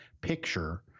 picture